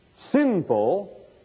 Sinful